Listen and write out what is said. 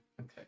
Okay